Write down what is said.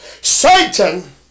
Satan